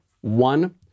One